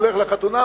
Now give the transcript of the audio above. הולך לחתונה,